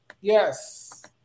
Yes